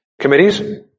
committees